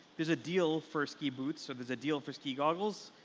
there's a deal for ski boots. so there's a deal for ski goggles.